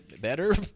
better